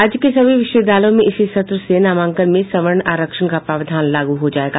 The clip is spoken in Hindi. राज्य के सभी विश्वविद्यालयों में इसी सत्र से नामांकन में सवर्ण आरक्षण का प्रावधान लागू हो जायेगा